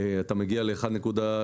אתה מגיע ל-1.3,